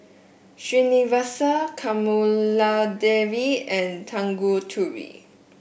Srinivasa Kamaladevi and Tanguturi